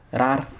Rar